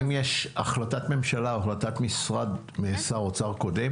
אם יש החלטת ממשלה או החלטת משרד האוצר ע"י שר קודם